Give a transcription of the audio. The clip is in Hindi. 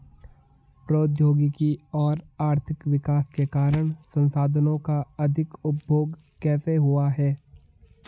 प्रौद्योगिक और आर्थिक विकास के कारण संसाधानों का अधिक उपभोग कैसे हुआ है?